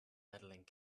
medaling